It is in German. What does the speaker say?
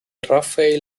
rafael